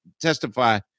testify